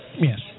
Yes